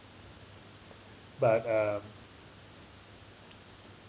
but uh